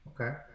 Okay